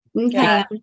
okay